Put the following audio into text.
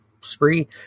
spree